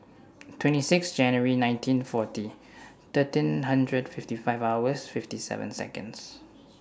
twenty six January nineteen forty thirteen hundred fifty five hours fifty seven Seconds